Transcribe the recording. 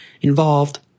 involved